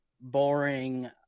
boring